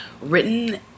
written